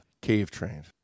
cave-trained